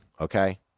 Okay